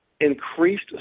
increased